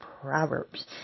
Proverbs